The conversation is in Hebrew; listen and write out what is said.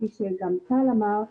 כמו שטל אמר,